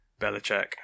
Belichick